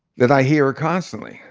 that i hear constantly.